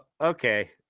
okay